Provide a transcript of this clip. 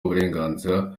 uburenganzira